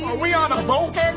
we on a boat?